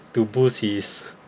to boost his